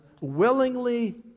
willingly